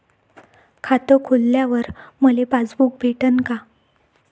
खातं खोलल्यावर मले पासबुक भेटन का?